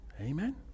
Amen